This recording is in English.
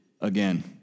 again